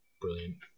brilliant